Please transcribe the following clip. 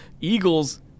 Eagles